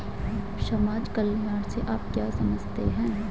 समाज कल्याण से आप क्या समझते हैं?